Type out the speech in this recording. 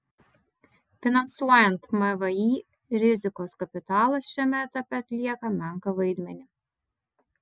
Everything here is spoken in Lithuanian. finansuojant mvį rizikos kapitalas šiame etape atlieka menką vaidmenį